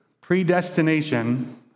predestination